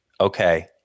okay